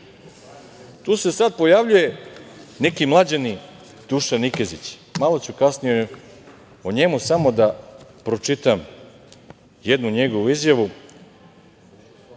se sada pojavljuje neki mlađani Dušan Nikezić, malo ću kasnije o njemu, samo da pročitam jednu njegovu izjavu